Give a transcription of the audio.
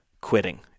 quitting